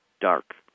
dark